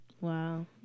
Wow